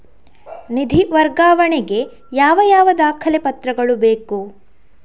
ನಿಧಿ ವರ್ಗಾವಣೆ ಗೆ ಯಾವ ಯಾವ ದಾಖಲೆ ಪತ್ರಗಳು ಬೇಕು?